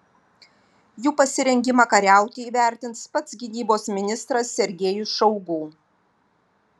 jų pasirengimą kariauti įvertins pats gynybos ministras sergejus šoigu